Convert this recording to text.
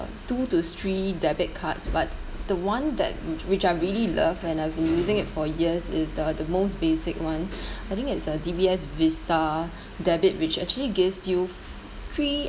two to three debit cards but the one that whi~ which I really love and I've been using it for years is the the most basic one I think it's uh D_B_S visa debit which actually gives you three